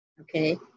okay